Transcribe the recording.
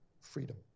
freedom